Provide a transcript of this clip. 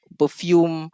perfume